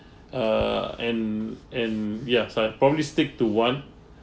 err and and ya sign probably stick to one